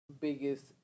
biggest